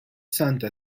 santa